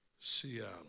Seattle